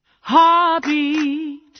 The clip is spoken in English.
Heartbeat